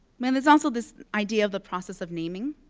then there's also this idea of the process of naming.